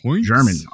German